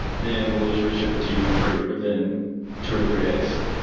then we'll just reship it to you for free within two or three days